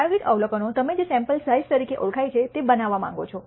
પ્રાયોગિક અવલોકનો તમે જે સેમ્પલ સાઇજ઼ તરીકે ઓળખાય છે તે બનાવવા માંગો છો